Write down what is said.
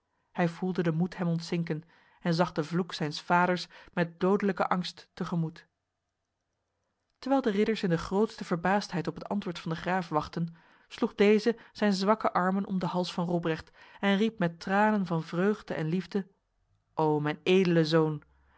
hij voelde de moed hem ontzinken en zag de vloek zijns vaders met dodelijke angst tegemoet terwijl de ridders in de grootste verbaasdheid op het antwoord van de graaf wachtten sloeg deze zijn zwakke armen om de hals van robrecht en riep met tranen van vreugde en liefde o mijn edele zoon